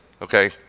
Okay